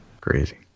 Crazy